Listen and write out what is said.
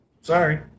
Sorry